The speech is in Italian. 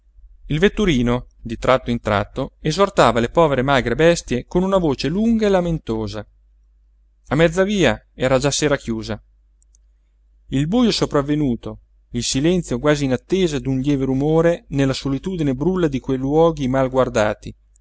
il vetturino di tratto in tratto esortava le povere magre bestie con una voce lunga e lamentosa a mezza via era già sera chiusa il bujo sopravvenuto il silenzio quasi in attesa d'un lieve rumore nella solitudine brulla di quei luoghi mal guardati